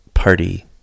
party